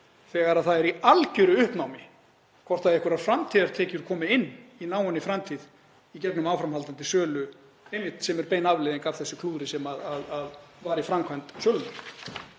þegar það er í algeru uppnámi hvort einhverjar framtíðartekjur koma inn í náinni framtíð í gegnum áframhaldandi sölu, sem er bein afleiðing af þessu klúðri sem var í framkvæmd sölunnar?